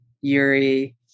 Yuri